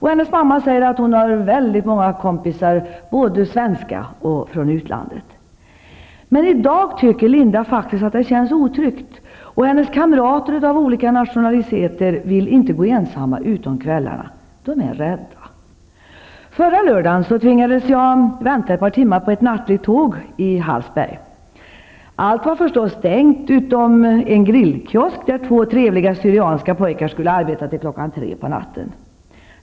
Hennes mamma säger att Linda har väldigt många kompisar, både svenska och utländska. Men i dag tycker Linda faktiskt att det känns otryggt, och hennes kamrater av olika nationaliteter vill inte gå ensamma ute om kvällarna. De är rädda. Förra lördagen tvingades jag vänta ett par timmar på ett nattåg i Hallsberg. Allt var förstås stängt utom en grillkiosk där två trevliga syrianska pojkar skulle arbeta till kl. 3 på natten.